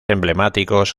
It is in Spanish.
emblemáticos